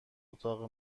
اتاق